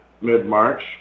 mid-March